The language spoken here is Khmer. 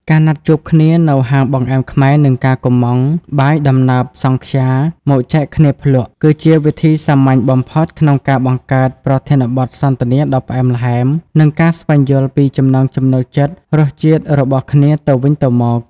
ការណាត់ជួបគ្នានៅហាងបង្អែមខ្មែរ និងការកុម្ម៉ង់បាយដំណើរសង់ខ្យាមកចែកគ្នាភ្លក់ គឺជាវិធីសាមញ្ញបំផុតក្នុងការបង្កើតប្រធានបទសន្ទនាដ៏ផ្អែមល្ហែម និងការស្វែងយល់ពីចំណង់ចំណូលចិត្តរសជាតិរបស់គ្នាទៅវិញទៅមក។